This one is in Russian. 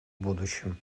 будущем